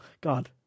God